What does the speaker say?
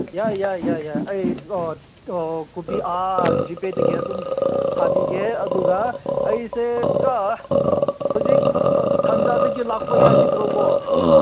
ꯌꯥꯏ ꯌꯥꯏ ꯌꯥꯏ ꯌꯥꯏ ꯑꯩ ꯀꯣꯕꯤ ꯑꯥ ꯖꯤ ꯄꯦꯗꯒꯤ ꯑꯗꯨꯝ ꯊꯥꯕꯤꯒꯦ ꯑꯗꯨꯒ ꯑꯩꯁꯦ ꯀꯣ ꯍꯧꯖꯤꯛ ꯇꯟꯖꯥꯗꯒꯤ ꯂꯥꯛꯄ ꯌꯥꯒꯤꯗ꯭ꯔꯣꯀꯣ